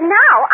now